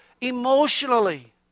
emotionally